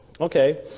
okay